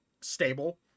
stable